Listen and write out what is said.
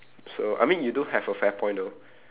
so I mean you do have a fair point though